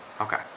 Okay